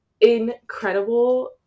incredible